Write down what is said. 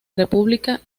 república